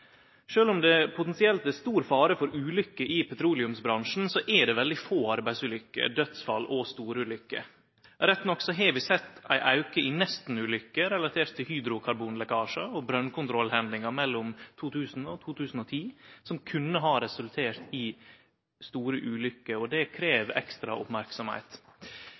om det potensielt er stor fare for ulukker i petroleumsbransjen, er det veldig få arbeidsulukker, dødsfall og storulukker. Rett nok har vi sett ein auke i nestenulukker relatert til hydrokarbonlekkasjar og brønnkontrollhendingar mellom 2000 og 2010, som kunne ha resultert i store ulukker. Det krev ekstra